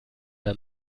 der